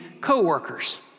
co-workers